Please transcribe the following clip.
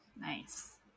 Nice